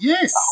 Yes